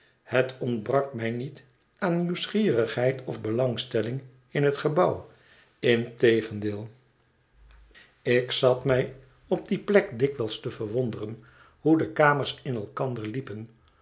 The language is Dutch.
het ontbrak mij niet aan nieuwsgierigheid of belangstelling in het gebouw integendeel ik zat mij op die plek dikwijls te verwonderen hoe de kamers in elkander liepen